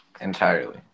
Entirely